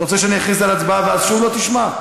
אתה רוצה שאני אכריז על הצבעה ואז שוב לא תשמע?